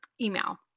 email